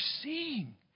seeing